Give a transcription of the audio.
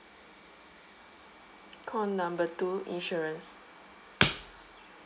call number two insurance